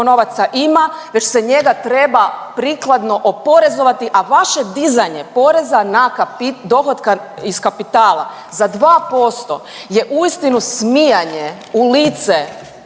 novaca ima već se njega treba prikladno oporezovati, a vaše dizanje poreza na kapi, dohotka iz kapitala za 2%, je uistinu smijanje u lice